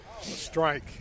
Strike